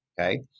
okay